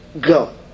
go